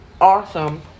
awesome